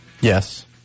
Yes